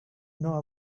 know